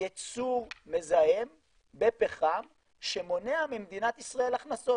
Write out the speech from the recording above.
ייצור מזהם בפחם שמונע ממדינת ישראל הכנסות.